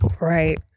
Right